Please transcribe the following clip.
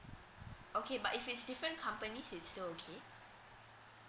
okay but if it's different companies it's still okay